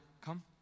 come